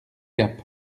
gap